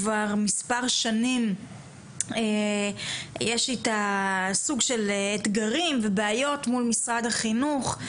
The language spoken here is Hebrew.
כבר מס' שנים יש איתה סוג של אתגרים ובעיות מול משרד החינוך,